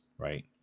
right